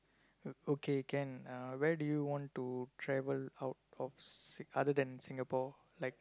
o~ okay can uh where do you want to travel out of S~ other than Singapore like